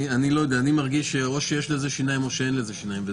אני מרגיש: או שיש לזה שיניים או שאין לזה שיניים.